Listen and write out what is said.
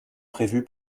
prévu